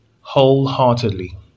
wholeheartedly